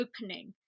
opening